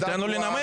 אבל תן לו לנמק.